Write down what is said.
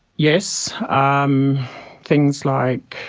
yes, um things like,